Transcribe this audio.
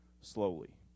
slowly